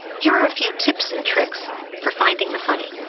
here are a few tips and tricks for finding the funny.